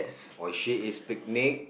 or she is picnic